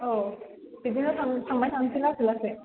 औ बिदिनो थांबाय थानोसै लासै लासै